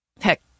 Heck